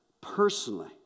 personally